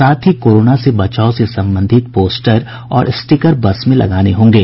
साथ ही कोरोना से बचाव से संबंधित पोस्टर और स्टीकर बस में लगाने होंगे